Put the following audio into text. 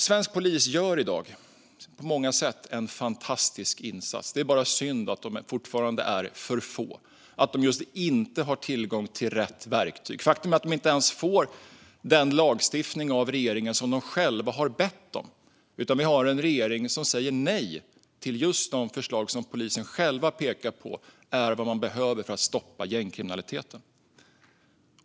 Svensk polis gör i dag på många sätt en fantastisk insats. Det är bara synd att de fortfarande är för få och att de inte har tillgång till rätt verktyg. Faktum är att de inte ens får den lagstiftning av regeringen som de själva har bett om. Vi har en regering som säger nej till just de förslag som polisen själva pekar på är vad man behöver för att stoppa gängkriminaliteten.